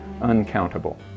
uncountable